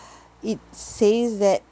it says that